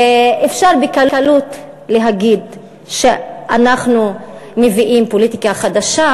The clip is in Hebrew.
אפשר בקלות להגיד שאנחנו מביאים פוליטיקה חדשה,